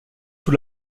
sous